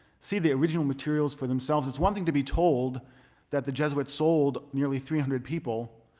see the original materials for themselves. it's one thing to be told that the jesuits sold nearly three hundred people.